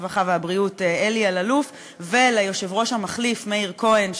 הרווחה והבריאות אלי אלאלוף וליושב-ראש המחליף מאיר כהן,